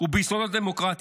וביסודות הדמוקרטיה.